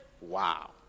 Wow